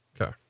Okay